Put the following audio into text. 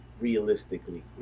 realistically